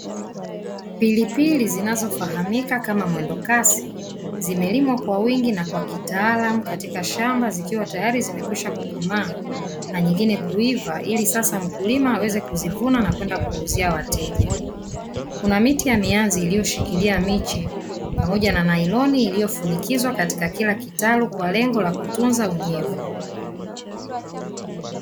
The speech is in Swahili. Pilipili zinazofahamika kama mwendo kasi, zimelimwa kwa wingi na kitaalamu katika shamba, zikiwa tayari zimeshakwisha kukomaa na nyingine kuiva, ili sasa mkulima aweze kuzivuna na kwenda kuwauzia wateja. Kuna miti ya mianzi iliyoshikilia miche pamoja na nailoni iliyofunikizwa katika kila kitalu, kwa lengo la kutunza unyevu.